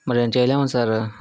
మరేం చేయలేం సార్